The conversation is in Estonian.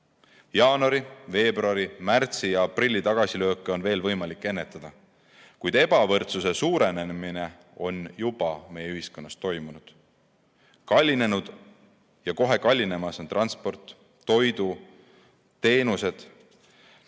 Jaanuari, veebruari, märtsi ja aprilli tagasilööke on veel võimalik ennetada, kuid ebavõrdsuse suurenemine on juba meie ühiskonnas toimunud. Kallinenud ja kohe kallinemas on transport, toit, teenused,